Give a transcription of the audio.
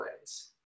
ways